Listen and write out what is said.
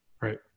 Right